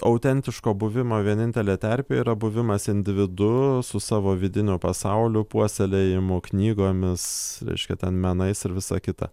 autentiško buvimo vienintelė terpė yra buvimas individu su savo vidiniu pasauliu puoselėjimu knygomis reiškia ten menais ir visa kita